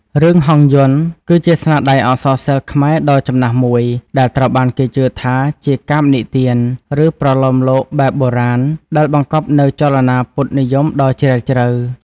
រឿង ហង្សយន្ត គឺជាស្នាដៃអក្សរសិល្ប៍ខ្មែរដ៏ចំណាស់មួយ ដែលត្រូវបានគេជឿថាជាកាព្យនិទាន ឬប្រលោមលោកបែបបុរាណ ដែលបង្កប់នូវចលនាពុទ្ធនិយមដ៏ជ្រាលជ្រៅ។